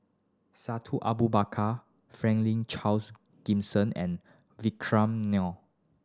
Abu Bakar Franklin Charles Gimson and Vikram Nair